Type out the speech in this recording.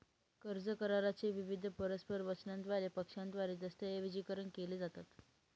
कर्ज करारा चे विविध परस्पर वचनांद्वारे पक्षांद्वारे दस्तऐवजीकरण केले जातात